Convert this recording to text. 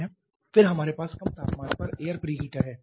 फिर हमारे पास कम तापमान पर एयर प्री हीटर है